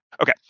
Okay